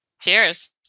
cheers